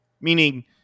Meaning